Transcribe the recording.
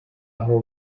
aho